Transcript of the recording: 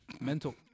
Mental